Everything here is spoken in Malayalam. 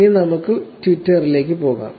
ഇനി നമുക്ക് ട്വിറ്ററിലേക്ക് പോകാം